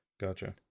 gotcha